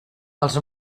els